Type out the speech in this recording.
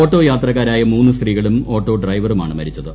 auto യാത്രക്കാരായ മൂന്ന് സ്ത്രീകളും ഓട്ടോ ഡ്രൈവറുമാണ് മരിച്ചത്